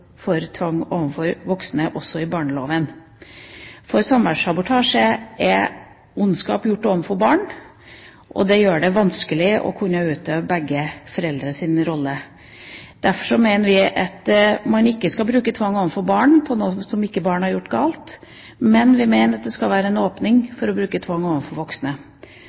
tvang overfor voksne også i barneloven, for samværssabotasje er ondskap overfor barn, og det gjør det vanskelig å kunne utøve begge foreldrenes rolle. Derfor mener vi at man ikke skal bruke tvang overfor barn når barn ikke har gjort noe galt, men vi mener det skal være en åpning for å bruke tvang overfor voksne.